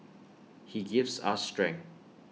he gives us strength